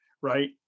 Right